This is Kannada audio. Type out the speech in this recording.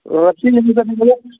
ವೃತ್ತಿಯಿಂದ ನೀವು